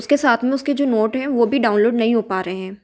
उसके साथ में उसके जो नोट हैं वो भी डाउनलोड नहीं हो पा रहे हैं